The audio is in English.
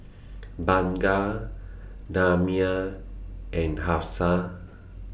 Bunga Damia and Hafsa